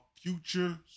future